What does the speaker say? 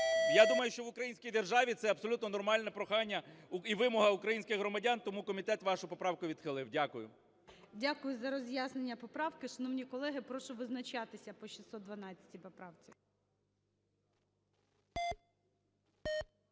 Я думаю, що в українській державі це абсолютно нормальне прохання і вимога українських громадян, тому комітет вашу поправку відхилив. Дякую. ГОЛОВУЮЧИЙ. Дякую за роз'яснення поправки. Шановні колеги, прошу визначатися по 612 поправці.